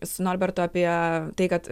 su norbertu apie tai kad